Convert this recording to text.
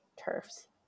turfs